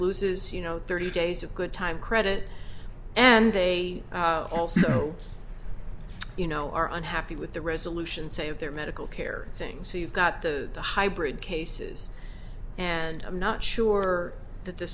loses you know thirty days of good time credit and they also you know are unhappy with the resolution say of their medical care things so you've got the hybrid cases and i'm not sure that the